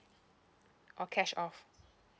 oh cash of